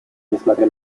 несмотря